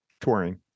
Touring